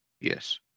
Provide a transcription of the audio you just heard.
Yes